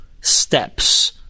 steps